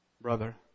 brother